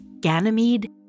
Ganymede